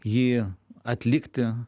jį atlikti